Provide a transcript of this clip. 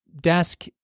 desk